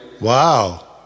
Wow